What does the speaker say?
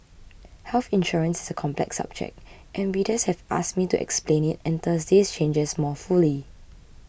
health insurance is a complex subject and readers have asked me to explain it and Thursday's changes more fully